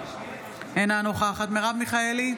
אינה נוכחת מרב מיכאלי,